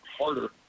harder